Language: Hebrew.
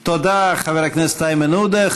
תודה, חבר הכנסת איימן עודה.